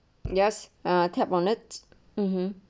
yes uh tap on it mmhmm